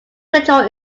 control